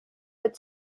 its